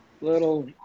little